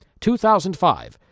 2005